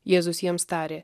jėzus jiems tarė